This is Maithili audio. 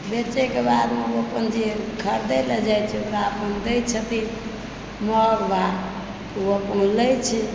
बेचैके बाद ओ अपन जे खरीदै लए जाइ छै ओकरा अपन दए छथिन महग भाव ओ अपन ओ लए छै